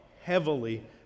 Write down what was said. heavily